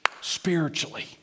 spiritually